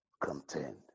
contained